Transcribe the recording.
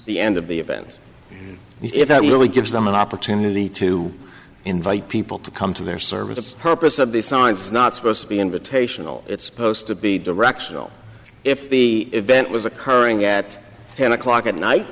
story end of the event if that really gives them an opportunity to invite people to come to their service it's purpose of the signs is not supposed to be invitational it's supposed to be directional if the event was occurring at ten o'clock at night